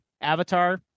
Avatar